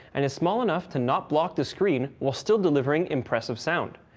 and is small enough to not block the screen while still delivering impressive sound.